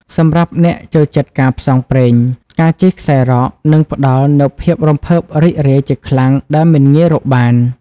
សម្រាប់អ្នកចូលចិត្តការផ្សងព្រេង ការជិះខ្សែរ៉កនឹងផ្ដល់នូវភាពរំភើបរីករាយជាខ្លាំងដែលមិនងាយរកបាន។